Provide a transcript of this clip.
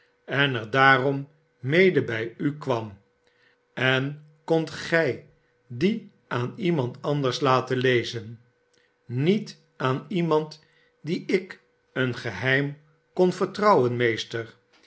en er daarom mede bij ukwam a en kondfc gij dien aan niemand anders jaten lezen sniet aan iemand dien ik een geheim kon vertrouwen meester